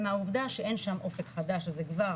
מהעובדה שאין שם אופק חדש אז זה כבר